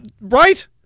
right